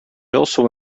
also